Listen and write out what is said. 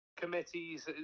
committees